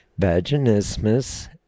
vaginismus